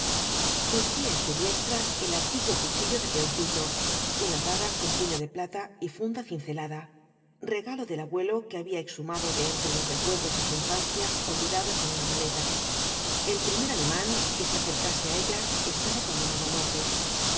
surgía en su diestra el antiguo cuchillo de peoncito una daga con puño de plata y funda cincelada regalo del abuelo que había exhumado de entre los recuerdos de su infancia olvidados en una maleta el primer alemán que se acercase á ella estaba condenado á muerte